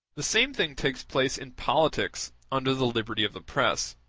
the same thing takes place in politics under the liberty of the press.